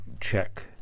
check